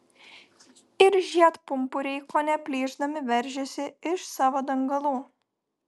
ir žiedpumpuriai kone plyšdami veržėsi iš savo dangalų